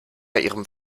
ihrem